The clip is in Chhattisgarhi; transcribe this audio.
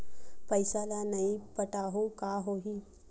पईसा ल नई पटाहूँ का होही?